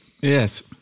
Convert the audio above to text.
Yes